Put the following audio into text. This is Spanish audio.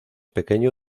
pequeño